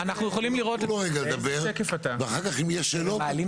תנו לו לדבר ואז אם יש שאלות אחר כך.